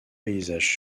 paysages